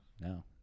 No